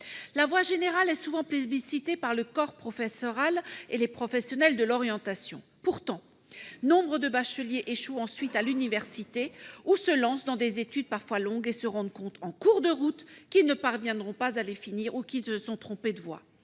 La voie générale est souvent plébiscitée par le corps professoral et les professionnels de l'orientation. Pourtant, nombre de bacheliers échouent ensuite à l'université ou se lancent dans des études parfois longues et se rendent compte, en cours de route, qu'ils ne parviendront pas à les finir ou qu'ils se sont trompés de voie.